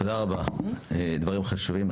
תודה רבה, דברים חשובים.